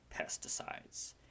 pesticides